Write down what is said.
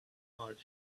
mars